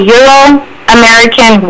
Euro-American